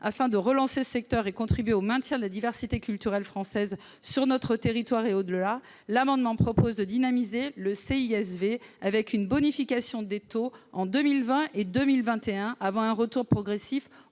Afin de le relancer et de contribuer au maintien de la diversité culturelle française, sur notre territoire et au-delà, l'amendement vise à dynamiser le CISV avec une bonification des taux en 2020 et en 2021, avant un retour progressif